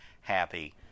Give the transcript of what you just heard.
happy